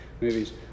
movies